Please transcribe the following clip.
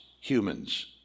humans